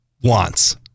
wants